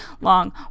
long